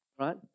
Right